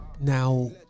Now